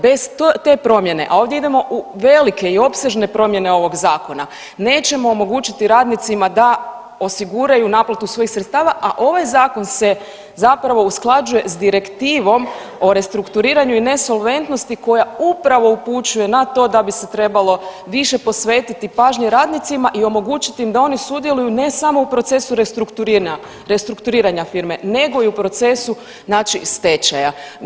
Bez te promijene, a ovdje idemo u velike i opsežne promijene ovog zakona, nećemo omogućiti radnicima da osiguraju naplatu svojih sredstava, a ovaj zakon se zapravo usklađuje s Direktivom o restrukturiranju i nesolventnosti koja upravo upućuje na to da bi se trebalo više posvetiti pažnje radnicima i omogućiti im da oni sudjeluju ne samo u procesu restrukturiranja firme nego i u procesu znači stečaja.